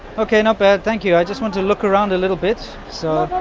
okay, not bad. thank you. i just want to look around a little bit, so